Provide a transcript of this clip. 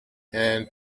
and